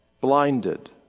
blinded